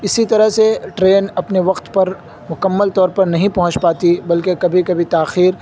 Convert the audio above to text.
اسی طرح سے ٹرین اپنے وقت پر مکمل طور پر نہیں پہنچ پاتی بلکہ کبھی کبھی تاخیر